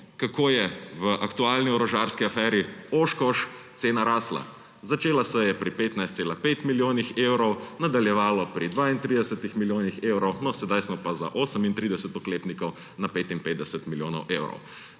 kako je v aktualni orožarski aferi Oshkosh cena rasla. Začela se je pri 15,5 milijonih evrov, nadaljevalo pri 32 milijonih evrov, no sedaj smo pa za 38 oklepnikov na 55 milijonov evrov.